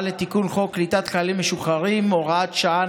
לתיקון חוק קליטת חיילים משוחררים (הוראת שעה,